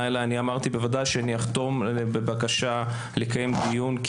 אליי אני אמרתי בוודאי שאני אחתום בבקשה לקיים דיון,